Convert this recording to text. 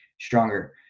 stronger